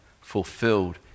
fulfilled